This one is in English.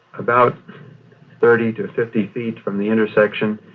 about thirty to fifty feet from the intersection,